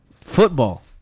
Football